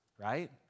right